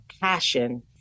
passion